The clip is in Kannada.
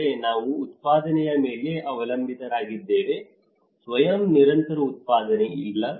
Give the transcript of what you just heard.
ಅಂದರೆ ನಾವು ಉತ್ಪಾದನೆಯ ಮೇಲೆ ಅವಲಂಬಿತರಾಗಿದ್ದೇವೆ ಸ್ವಯಂ ನಿರಂತರ ಉತ್ಪಾದನೆ ಇಲ್ಲ